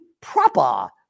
proper